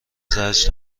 زجر